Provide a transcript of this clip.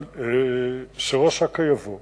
אבל שראש אכ"א יבוא